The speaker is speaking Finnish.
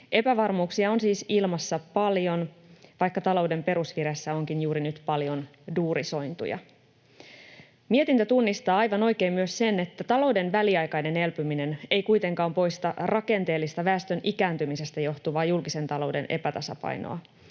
Epävarmuuksia on siis ilmassa paljon, vaikka talouden perusvireessä onkin juuri nyt paljon duurisointuja. Mietintö tunnistaa aivan oikein myös sen, että talouden väliaikainen elpyminen ei kuitenkaan poista rakenteellista väestön ikääntymisestä johtuvaa julkisen talouden epätasapainoa.